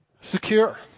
Secure